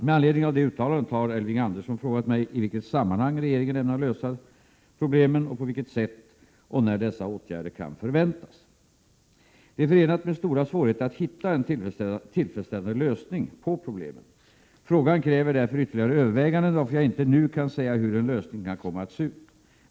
Med anledning av detta uttalande har Elving Andersson frågat mig i vilket sammanhang regeringen ämnar lösa dessa problem och på vilket sätt och när dessa åtgärder kan förväntas. Det är förenat med stora svårigheter att hitta en tillfredsställande lösning på problemen. Frågan kräver därför ytterligare överväganden, varför jag inte nu kan säga hur en lösning kan komma att se ut.